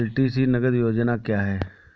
LTC नगद योजना क्या है?